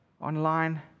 online